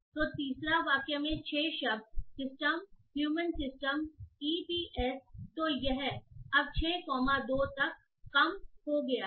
तोतीसरे वाक्य में 6 शब्द system human system E P S तो यह अब 6 कोमा 2 तक कम हो गया है